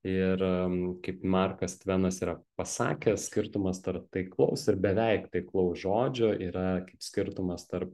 ir kaip markas tvenas yra pasakęs skirtumas tarp taiklaus ir beveik taiklaus žodžio yra skirtumas tarp